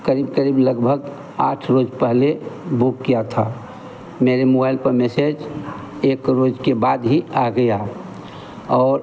करीब करीब लगभग आठ रोज़ पहले बुक किया था मेरे मुबाइल पर मेसेज एक रोज़ के बाद ही आ गया और